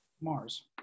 Mars